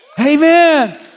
Amen